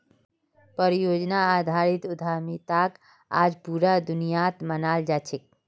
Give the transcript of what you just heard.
परियोजनार आधारित उद्यमिताक आज पूरा दुनियात मानाल जा छेक